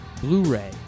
Blu-ray